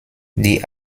die